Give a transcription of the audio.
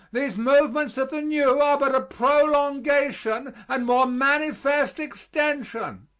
these movements of the new are but a prolongation and more manifest extension.